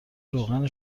روغن